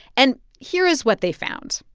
and here is what they found.